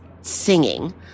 singing